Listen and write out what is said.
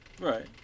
Right